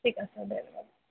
ঠিক আছে দে ৰাখ